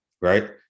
right